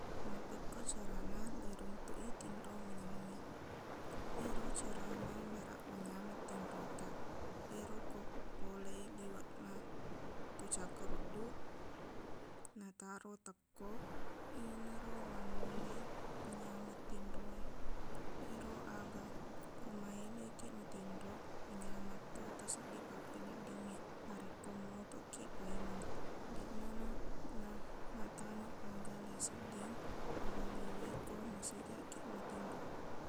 Mappekko carana leiruntuk i tinro manyamengnge ero carana baraq manyameng tinrotaq ero ko pole liweqna tocakkarudduq nataro tekkoq iyenaro nanullei panyameng tinro e ero aga ko maeleqkiq matinro manyametto tasedding pappeneddingnge narekko motoqkiq paimeng deqna na- namataneq aga leisedding alalewe ko masijaqkiq matinro